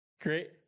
Great